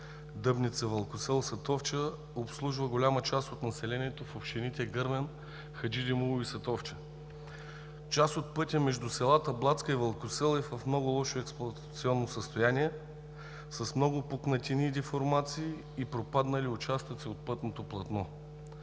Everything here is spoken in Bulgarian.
„Дъбница – Вълкосел – Сатовча“ обслужва голяма част от населението в общините Гърмен, Хаджидимово и Сатовча. Част от пътя между селата Блатска и Вълкосел е в много лошо експлоатационно състояние, с много пукнатини и деформации, и пропаднали участъци от пътното платно.